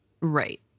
Right